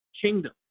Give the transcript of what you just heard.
kingdom